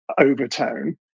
overtone